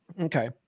Okay